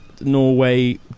Norway